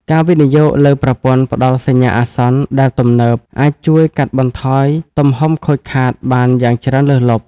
ការវិនិយោគលើ ប្រព័ន្ធផ្ដល់សញ្ញាអាសន្ន ដែលទំនើប អាចជួយកាត់បន្ថយទំហំខូចខាតបានយ៉ាងច្រើនលើសលប់។